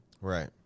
Right